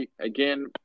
Again